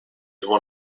one